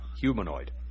humanoid